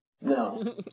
No